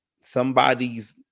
somebody's